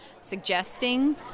suggesting